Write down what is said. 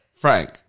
Frank